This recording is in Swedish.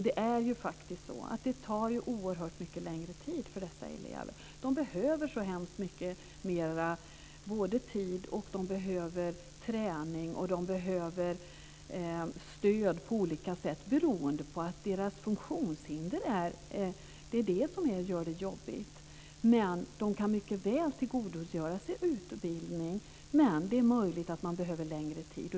Det är faktiskt så att det tar oerhört mycket längre tid för dessa elever. De behöver så mycket mer tid, träning och stöd på olika sätt beroende på att deras funktionshinder gör det jobbigt. Men de kan mycket väl tillgodogöra sig utbildning. Men det är möjligt att de behöver längre tid.